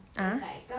(uh huh)